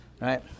Right